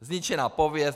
Zničená pověst.